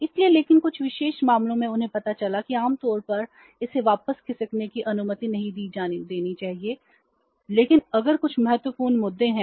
इसलिए लेकिन कुछ विशेष मामलों में उन्हें पता चला कि आम तौर पर इसे वापस खिसकने की अनुमति नहीं दी जानी चाहिए लेकिन अगर कुछ महत्वपूर्ण मुद्दे हैं